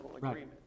Right